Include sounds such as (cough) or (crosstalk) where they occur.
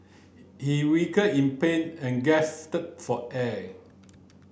he (unintelligible) in pain and gasped for air